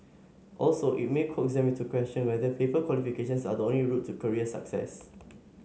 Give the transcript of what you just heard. also it may coax them to question whether paper qualifications are the only route to career success